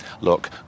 look